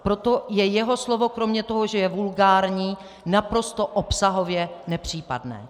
Proto je jeho slovo kromě toho, že je vulgární, naprosto obsahově nepřípadné.